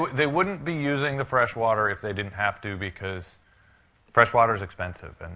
they wouldn't be using the fresh water if they didn't have to because fresh water is expensive. and